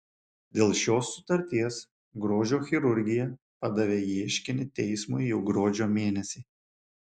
dėl šios sutarties grožio chirurgija padavė ieškinį teismui jau gruodžio mėnesį